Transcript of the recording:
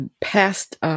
past